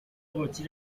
قدسی